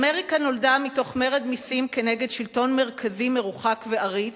אמריקה נולדה מתוך מרד מסים כנגד שלטון מרכזי מרוחק ועריץ,